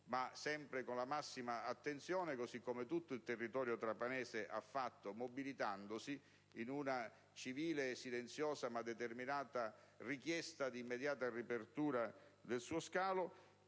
ma sempre con la massima attenzione, come del resto tutto il territorio trapanese ha fatto, mobilitandosi in una civile e silenziosa, ma determinata richiesta di immediata riapertura del suo scalo,